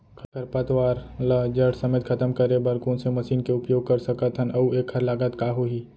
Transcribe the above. खरपतवार ला जड़ समेत खतम करे बर कोन से मशीन के उपयोग कर सकत हन अऊ एखर लागत का होही?